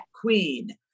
queen